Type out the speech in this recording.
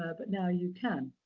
ah but now you can.